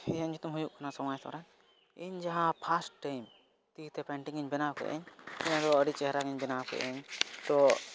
ᱤᱧᱟᱹᱜ ᱧᱩᱛᱩᱢ ᱦᱩᱭᱩᱜ ᱠᱟᱱᱟ ᱥᱳᱢᱟᱭ ᱥᱚᱨᱮᱱ ᱤᱧ ᱡᱟᱦᱟᱸ ᱯᱷᱟᱥᱴ ᱴᱟᱹᱭᱤᱢ ᱛᱤᱛᱮ ᱯᱮᱱᱴᱤᱝ ᱵᱮᱱᱟᱣ ᱠᱮᱫᱟᱹᱧ ᱟᱹᱰᱤ ᱪᱮᱦᱨᱟ ᱜᱤᱧ ᱵᱮᱱᱟᱣ ᱠᱮᱫᱟ ᱛᱳ